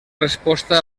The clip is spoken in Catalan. resposta